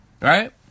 Right